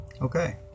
Okay